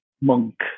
monk